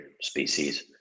species